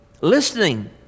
Listening